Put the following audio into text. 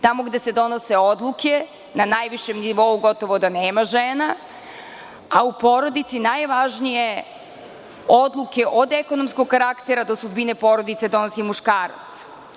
Tamo gde se donose odluke na najvišem nivou, gotovo da nema žena, a u porodici je najvažnija odluka od ekonomskog karaktera do sudbine porodice koju donosi muškarac.